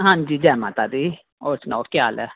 हां जी जै माता दी होर सनाओ केह् हाल ऐ